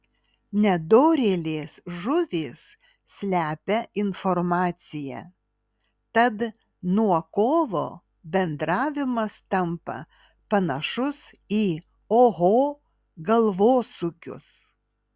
nedorėlės žuvys slepia informaciją tad nuo kovo bendravimas tampa panašus į oho galvosūkius